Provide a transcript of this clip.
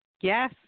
Yes